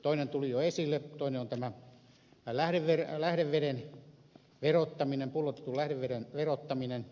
toinen tuli jo esille voinut elää tällä nimellä lähdeveden pullotetun lähdeveden verottaminen